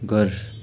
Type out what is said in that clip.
घर